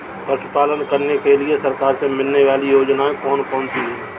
पशु पालन करने के लिए सरकार से मिलने वाली योजनाएँ कौन कौन सी हैं?